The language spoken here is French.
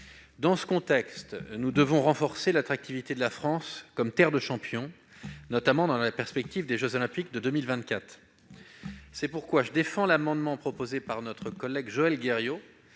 Dans ce contexte, nous devons renforcer l'attractivité de la France comme terre de champions, notamment dans la perspective des jeux Olympiques de 2024. C'est pourquoi je défends cet amendement, déposé par notre collègue Joël Guerriau,